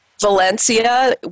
Valencia